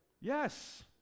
Yes